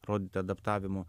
rodyti adaptavimu